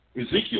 Ezekiel